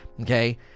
okay